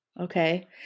Okay